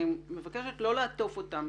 אני מבקשת לא לעטוף אותם